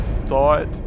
thought